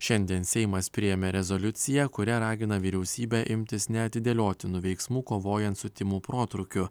šiandien seimas priėmė rezoliuciją kuria ragina vyriausybę imtis neatidėliotinų veiksmų kovojant su tymų protrūkiu